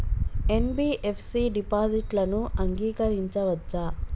NBFC డిపాజిట్లను అంగీకరించవచ్చా?